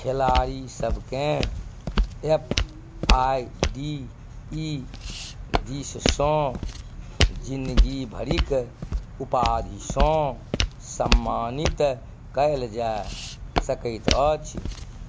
खेलाड़ी सबकेँ F I D E दिससँ जिनगीभरिक उपाधिसँ सम्मानित कयल जाय सकैत अछि